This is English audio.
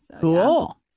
Cool